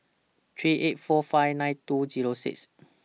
three eight four five nine two Zero six